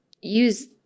use